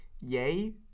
yay